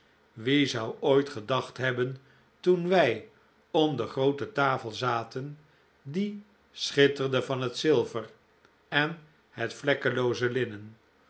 wie zou ooit gedacht hebben toen wij om de groote tafel zaten die schitterde van het zilver en het vlekkelooze linnen